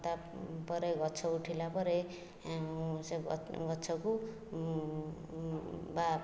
ତାପରେ ଗଛ ଉଠିଲା ପରେ ସେ ଗଛକୁ ବା